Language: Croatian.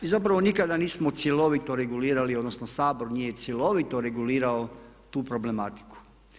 Zapravo nikada nismo cjelovito regulirali odnosno Sabor nije cjelovito regulirao tu problematiku.